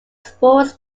sports